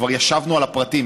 כבר ישבנו על הפרטים,